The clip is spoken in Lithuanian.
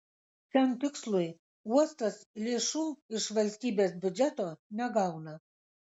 šiam tikslui uostas lėšų iš valstybės biudžeto negauna